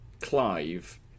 Clive